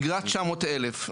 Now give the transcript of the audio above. היום אפילו בירוחם מגרש 900,000,